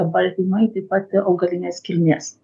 baltymai taip pat augalinės kilmės